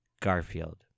Garfield